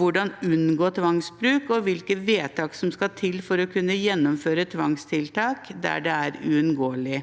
hvordan man unngår tvangsbruk, og hvilke vedtak som skal til for å kunne gjennomføre tvangstiltak der det er uunngåelig.